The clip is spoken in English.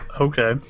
Okay